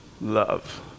Love